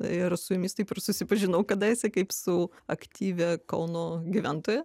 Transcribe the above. ir su jumis taip ir susipažinau kadaise kaip su aktyvia kauno gyventoja